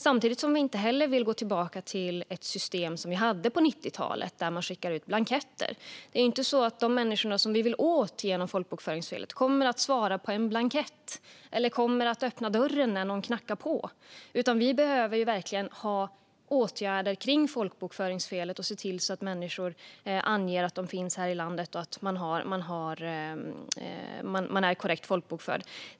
Samtidigt vill vi inte gå tillbaka till ett system som vi hade på 1990-talet, där man skickar ut blanketter. De människor som vi vill åt för att rätta till folkbokföringsfelet kommer ju inte att svara på en blankett, och de kommer inte att öppna dörren när någon knackar på. Vi behöver verkligen ha åtgärder kring folkbokföringsfelet och se till att människor anger att de finns här i landet och blir korrekt folkbokförda.